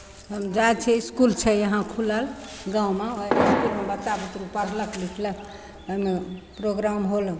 हम जाइ छिए इसकुल छै यहाँ खुलल गाममे ओहि इसकुलमे बच्चा बुतरु पढ़लक लिखलक ओहिमे प्रोग्राम होल